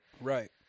Right